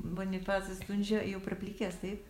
bonifacas stundžia jau praplikęs taip